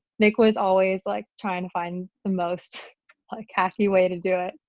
nick was always like trying to find the most like hacky way to do it.